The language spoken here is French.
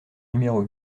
numéros